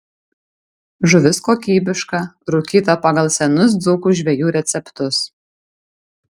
žuvis kokybiška rūkyta pagal senus dzūkų žvejų receptus